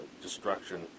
destruction